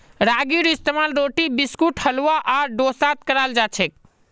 रागीर इस्तेमाल रोटी बिस्कुट हलवा आर डोसात कराल जाछेक